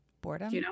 boredom